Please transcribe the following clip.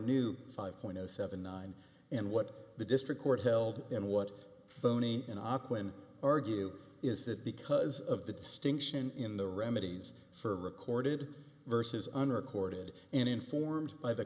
or new five point zero seven nine and what the district court held in what tony in auckland argue is that because of the distinction in the remedies for recorded versus unrecorded and informed by the